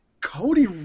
Cody